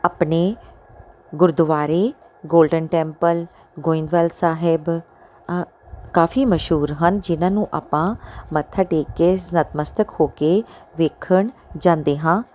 ਆਪਣੇ ਗੁਰਦੁਆਰੇ golden temple Goindwal Sahib ਕਾਫ਼ੀ ਮਸ਼ਹੂਰ ਹਨ ਜਿਹਨਾਂ ਨੂੰ ਆਪਾਂ ਮੱਥਾ ਟੇਕ ਕੇ ਸਤਮਸਤਕ ਹੋ ਕੇ ਵੇਖਣ ਜਾਂਦੇ ਹਾਂ